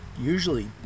usually